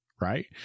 right